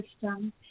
system